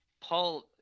Paul